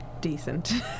decent